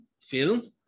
film